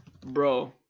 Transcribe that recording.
Bro